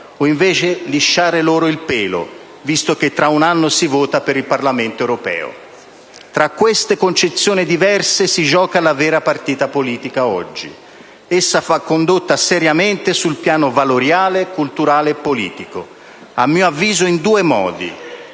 o invece lisciare loro il pelo, visto che tra un anno si vota per il Parlamento europeo. Tra queste concezioni diverse si gioca la vera partita politica oggi. Essa va condotta seriamente sui piano valoriale, culturale e politico, a mio avviso in due modi: